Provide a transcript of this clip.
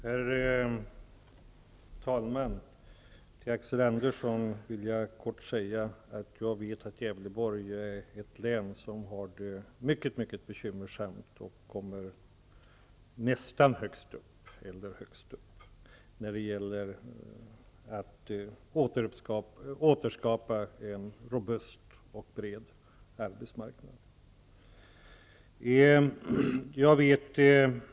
Herr talman! Till Axel Andersson vill jag kort säga att jag vet att Gävleborg är ett län som har det mycket bekymmersamt, och det kommer nästan högst upp, eller högst upp, när det gäller att återskapa en robust och bred arbetsmarknad.